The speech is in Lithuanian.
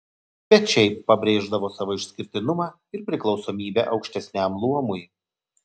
bet šiaip pabrėždavo savo išskirtinumą ir priklausomybę aukštesniam luomui